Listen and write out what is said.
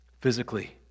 Physically